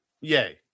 yay